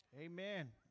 Amen